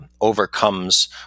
overcomes